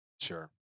Sure